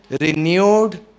renewed